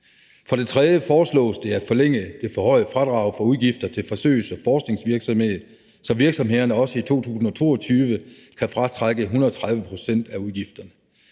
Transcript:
For det tredje foreslås det at forlænge det forhøjede fradrag for udgifter til forsøgs- og forskningsvirksomhed, så virksomhederne også i 2022 kan fratrække 130 pct. af udgifterne.